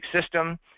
system